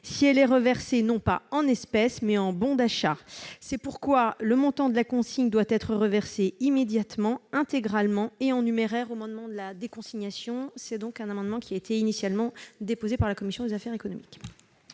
consigne est reversée non pas en espèces, mais en bons d'achats. C'est pourquoi le montant de la consigne doit être reversé immédiatement, intégralement et en numéraire au moment de la déconsignation. Je précise que cet amendement a été initialement déposé par la commission des affaires économiques.